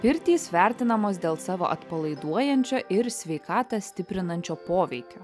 pirtys vertinamos dėl savo atpalaiduojančio ir sveikatą stiprinančio poveikio